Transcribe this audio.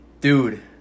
Dude